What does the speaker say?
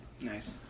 Nice